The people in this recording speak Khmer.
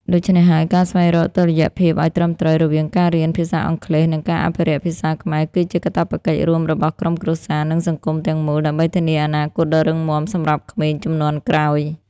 ដូច្នេះហើយ ការស្វែងរកតុល្យភាពអោយត្រឹមត្រូវរវាងការរៀនភាសាអង់គ្លេស និងការអភិរក្សភាសាខ្មែរ គឺជាកាតព្វកិច្ចរួមរបស់គ្រប់គ្រួសារ និងសង្គមទាំងមូល ដើម្បីធានាអនាគតដ៏រឹងមាំសម្រាប់ក្មេងជំនាន់ក្រោយ។